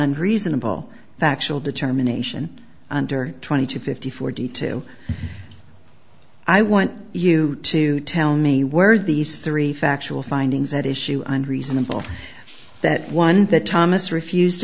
unreasonable factual determination under twenty two fifty forty two i want you to tell me were these three factual findings at issue and reasonable that one that thomas refused to